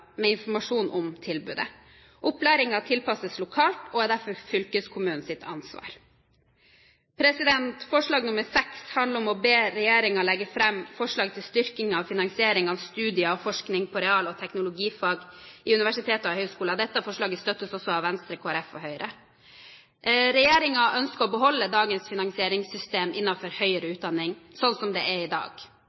med informasjon om tilbudet. Opplæringen tilpasses lokalt og er derfor fylkeskommunens ansvar. Forslag VI handler om å be regjeringen legge fram forslag til styrking av finansieringen av studier og forskning på real- og teknologifag i universiteter og høyskoler. Dette forslaget støttes også av Venstre, Kristelig Folkeparti og Høyre. Regjeringen ønsker å beholde dagens finansieringssystem innenfor høyere utdanning, inkludert dagens modell for kategoriene i